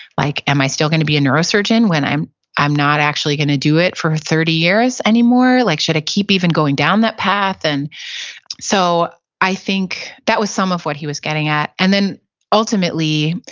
like, am i still going to be a neurosurgeon when i'm i'm not actually going to do it for thirty years anymore? like should i keep even going down that path? and so i think that was some of what he was getting at, and then ultimately,